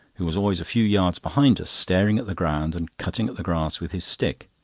who was always a few yards behind us staring at the ground and cutting at the grass with his stick.